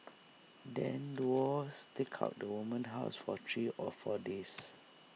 then duo staked out the woman's house for three or four days